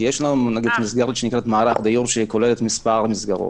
כי יש לנו מסגרת שכוללת מערך דיור שכוללת מספר מסגרות.